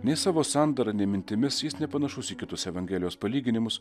nei savo sandara nei mintimis jis nepanašus į kitus evangelijos palyginimus